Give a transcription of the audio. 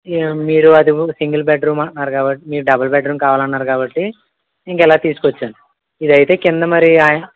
మీరు అది ఏమో సింగిల్ బెడ్రూమ్ అన్నారు కాబట్టి మీరు డబుల్ బెడ్రూమ్ కావాలి అన్నారు కాబట్టి ఇంక ఇలా తీసుకొచ్చాను ఇదైతే కింద మరి ఆయ్